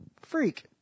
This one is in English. freak